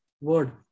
word